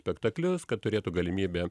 spektaklius kad turėtų galimybę